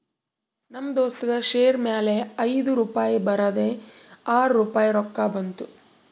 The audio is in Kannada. ನಮ್ ದೋಸ್ತಗ್ ಶೇರ್ ಮ್ಯಾಲ ಐಯ್ದು ರುಪಾಯಿ ಬರದ್ ಆರ್ ರುಪಾಯಿ ರೊಕ್ಕಾ ಬಂತು